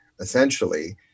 essentially